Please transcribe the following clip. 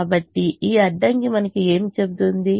కాబట్టి ఈ అడ్డంకి మనకు ఏమి చెబుతుంది